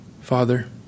Father